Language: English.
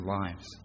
lives